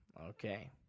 Okay